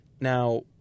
now